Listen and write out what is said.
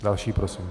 Další prosím.